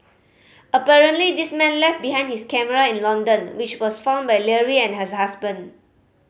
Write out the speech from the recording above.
apparently this man left behind his camera in London which was found by Leary and his husband